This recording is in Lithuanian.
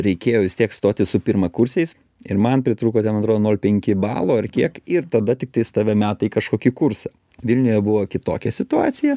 reikėjo vis tiek stoti su pirmakursiais ir man pritrūko ten atrodo nol penki balo ar kiek ir tada tiktais tave meta į kažkokį kursą vilniuje buvo kitokia situacija